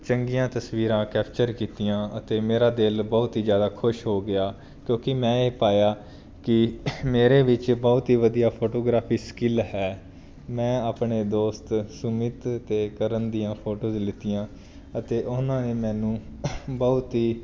ਚੰਗੀਆਂ ਤਸਵੀਰਾਂ ਕੈਪਚਰ ਕੀਤੀਆਂ ਅਤੇ ਮੇਰਾ ਦਿਲ ਬਹੁਤ ਹੀ ਜ਼ਿਆਦਾ ਖੁਸ਼ ਹੋ ਗਿਆ ਕਿਉਂਕਿ ਮੈਂ ਇਹ ਪਾਇਆ ਕਿ ਮੇਰੇ ਵਿੱਚ ਬਹੁਤ ਹੀ ਵਧੀਆ ਫੋਟੋਗ੍ਰਾਫੀ ਸਕਿੱਲ ਹੈ ਮੈਂ ਆਪਣੇ ਦੋਸਤ ਸੁਮਿਤ ਅਤੇ ਕਰਨ ਦੀਆਂ ਫੋਟੋਜ ਲਿਤੀਆਂ ਅਤੇ ਉਹਨਾਂ ਨੇ ਮੈਨੂੰ ਬਹੁਤ ਹੀ